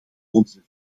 onze